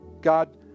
God